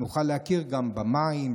נוכל להכיר גם במים,